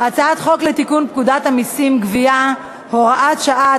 הצעת חוק לתיקון פקודת המסים (גבייה) (הוראת שעה),